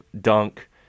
dunk